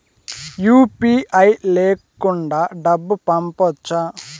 UPI లేకుండా డబ్బు పంపొచ్చా